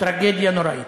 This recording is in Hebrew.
טרגדיה נוראית.